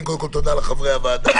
כלומר בליגות העליונות,